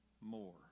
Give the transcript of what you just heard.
more